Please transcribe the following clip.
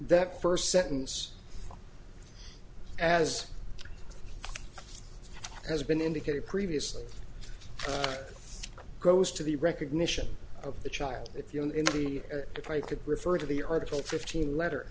that first sentence as has been indicated previously goes to the recognition of the child if you and me if i could refer to the article fifteen letter